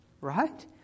Right